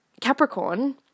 Capricorn